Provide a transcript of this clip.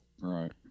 Right